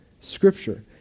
Scripture